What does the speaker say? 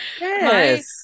yes